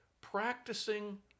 practicing